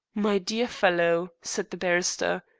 my dear fellow, said the barrister,